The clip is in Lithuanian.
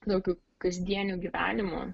tokiu kasdieniu gyvenimu